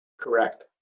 Correct